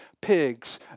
pigs